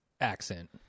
accent